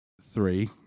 Three